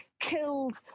killed